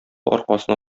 аркасына